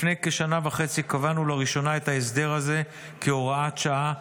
לפני כשנה וחצי קבענו לראשונה את ההסדר הזה כהוראת שעה,